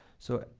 so,